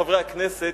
חברי חברי הכנסת,